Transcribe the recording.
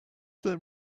there